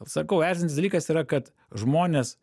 sakau erzinantis dalykas yra kad žmonės